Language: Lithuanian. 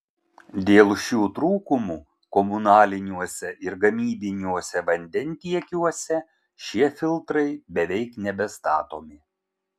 dėl šių trūkumų komunaliniuose ir gamybiniuose vandentiekiuose šie filtrai beveik nebestatomi